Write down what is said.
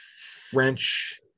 French